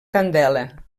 candela